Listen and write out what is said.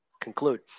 conclude